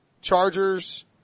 Chargers